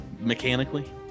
mechanically